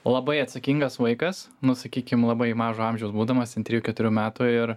labai atsakingas vaikas nu sakykim labai mažo amžiaus būdamas ten trijų keturių metų ir